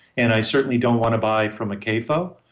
and i certainly don't want to buy from a cafo,